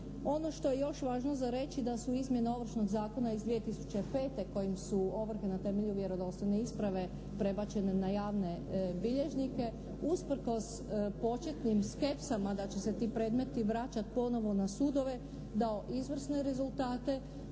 Ono što je još važno za reći da su izmjene Ovršnog zakona iz 2005. kojim su ovrhe na temelju vjerodostojne isprave prebačene na javne bilježnike usprkos početnim skepsama da će se ti predmeti vraćati ponovo na sudove dao izvrsne rezultate